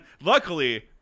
luckily